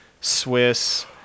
Swiss